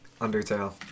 Undertale